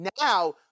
now